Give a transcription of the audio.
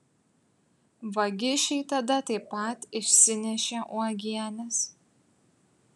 vagišiai tada taip pat išsinešė uogienes